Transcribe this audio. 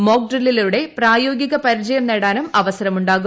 mock ഡ്രില്ലിലൂടെ പ്രായോഗിക പരിചയം നേടാനും അവസരമുണ്ടാകും